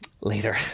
later